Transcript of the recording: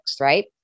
right